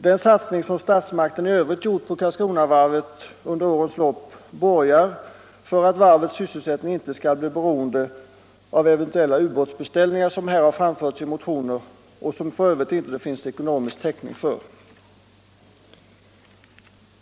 Den satsning som statsmakterna i övrigt gjort på Karlskronavarvet under årens lopp borgar för att varvets sysselsättning inte skall bli beroende av eventuella ubåtsbeställningar, såsom här har framförts i motioner och som det f.ö. inte finns någon ekonomisk täckning för.